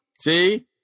See